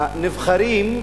הנבחרים,